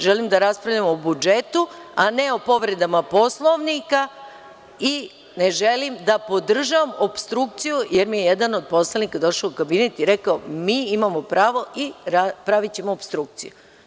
Želim da raspravljamo o budžetu, a ne o povredama Poslovnika i ne želim da podržavam opstrukciju, jer mi je jedan od poslanika došao u kabinet i rekao – mi imamo pravo i pravićemo opstrukciju.